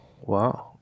wow